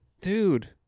Dude